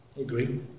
agree